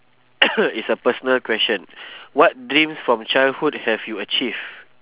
is a personal question what dreams from childhood have you achieve